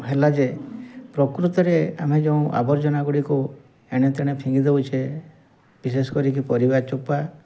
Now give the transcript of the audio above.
ହେଲା ଯେ ପ୍ରକୃତରେ ଆମେ ଯେଉଁ ଆବର୍ଜନା ଗୁଡ଼ିକୁ ଏଣେତେଣେ ଫିଙ୍ଗି ଦେଉଛେ ବିଶେଷ କରିକି ପରିବା ଚୋପା